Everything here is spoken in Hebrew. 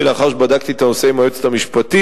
לאחר שבדקתי את הנושא עם היועצת המשפטית,